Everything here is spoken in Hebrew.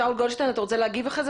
שאול גולדשטיין, אתה רוצה להגיב אחרי זה?